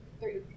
Three